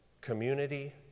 community